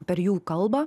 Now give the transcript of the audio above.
per jų kalbą